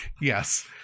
yes